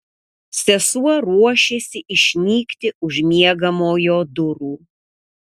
sesuo ruošėsi išnykti už miegamojo durų